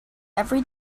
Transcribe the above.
every